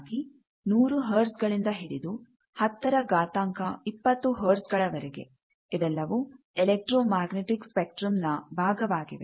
ಸಾಮಾನ್ಯವಾಗಿ 100 ಹರ್ಟ್ಜ್ ಗಳಿಂದ ಹಿಡಿದು 10 ರ ಘಾತಾಂಕ 20 ಹರ್ಟ್ಜ್ ಗಳವರೆಗೆ ಇವೆಲ್ಲವುಗಳು ಎಲೆಕ್ಟ್ರೋ ಮ್ಯಾಗ್ನೆಟಿಕ್ ಸ್ಸ್ಪೆಕ್ಟ್ರಮ್ ನ ಭಾಗವಾಗಿವೆ